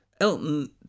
Elton